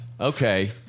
Okay